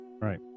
Right